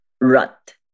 rut